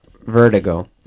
Vertigo